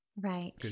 Right